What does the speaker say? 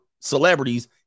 celebrities